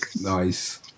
Nice